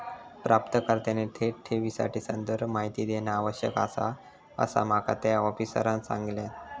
प्राप्तकर्त्याने थेट ठेवीसाठी संदर्भ माहिती देणा आवश्यक आसा, असा माका त्या आफिसरांनं सांगल्यान